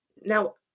Now